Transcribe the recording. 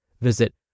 Visit